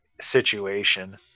situation